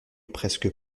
presque